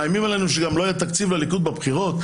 מאיימים עלינו שגם לא יהיה תקציב לליכוד בבחירות?